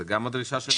זו גם הדרישה שלהם?